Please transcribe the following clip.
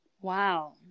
wow